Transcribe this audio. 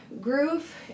groove